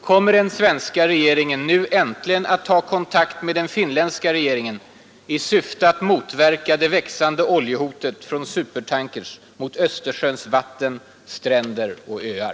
Kommer den svenska regeringen nu äntligen att ta kontakt med den finländska regeringen i syfte att motverka det växande oljehotet från supertankers mot Östersjöns vatten, stränder och öar?